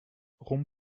rond